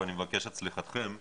ואני מבקש את סליחתכם,